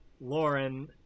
Lauren